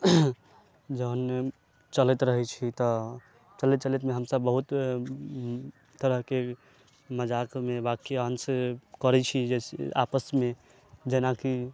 जौन चलैत रहय छी तऽ चलैत चलैत मे हमसब बहुत तरह के मजाक मे वाक्यांश करै छी जे से आपस मे जेनाकि